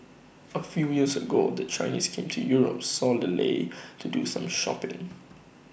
A few years ago the Chinese came to Europe solely to do some shopping